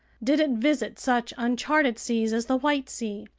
did it visit such uncharted seas as the white sea,